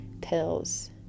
pills